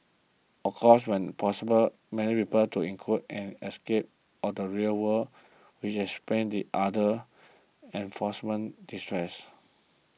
of course when possible many revert to include an escape on the real world which explains the other reinforcement distresses